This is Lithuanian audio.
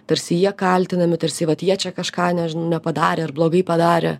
tarsi jie kaltinami tarsi vat jie čia kažką ne nepadarė ar blogai padarė